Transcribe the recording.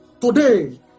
Today